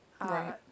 Right